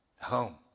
Home